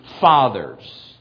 fathers